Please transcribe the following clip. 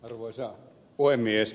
arvoisa puhemies